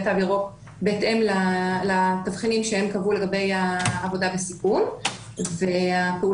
תו ירוק בהתאם לתבחינים שהם קבעו לגבי העבודה בסיכון והפעולות